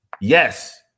Yes